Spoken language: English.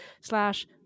slash